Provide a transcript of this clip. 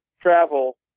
travel